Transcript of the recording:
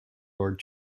lord